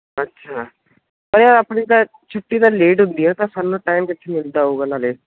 ਅੱਛਾ ਯਾਰ ਆਪਣੀ ਤਾਂ ਛੁੱਟੀ ਦਾ ਲੇਟ ਹੁੰਦੀ ਹੈ ਤਾਂ ਸਾਨੂੰ ਟਾਈਮ ਕਿੱਥੇ ਮਿਲਦਾ ਹੋਵੇਗਾ ਨਾਲੇ